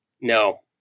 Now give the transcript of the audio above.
No